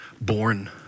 born